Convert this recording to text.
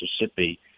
Mississippi